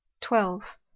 twelve